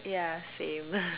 ya same